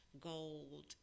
gold